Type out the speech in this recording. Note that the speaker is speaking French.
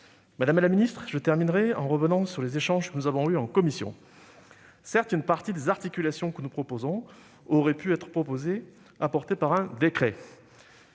Madame la ministre, je conclurai mon propos en revenant sur les échanges que nous avons eus en commission. Certes, une partie des articulations que nous proposons auraient pu être apportées par un décret.